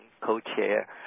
co-chair